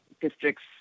districts